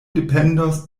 dependos